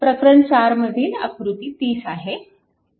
प्रकरण 4 मधील आकृती 30 आहे